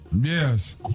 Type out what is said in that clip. Yes